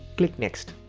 click next.